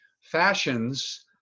fashions